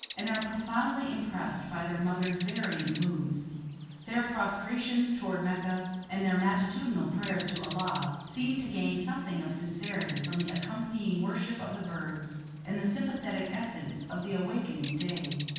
and are profoundly impressed by their mother's varying moods their prostrations toward mecca and their matutinal prayers to allah seem to gain something of sincerity from the accompanying worship of the birds and the sympathetic essence of the awakening day.